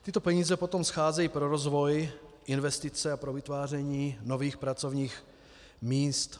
Tyto peníze potom scházejí pro rozvoj investic a pro vytváření nových pracovních míst.